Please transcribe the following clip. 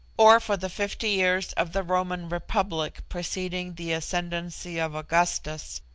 or for the fifty years of the roman republic preceding the ascendancy of augustus,